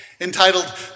entitled